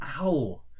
ow